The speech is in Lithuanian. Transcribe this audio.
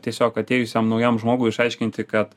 tiesiog atėjusiam naujam žmogui išaiškinti kad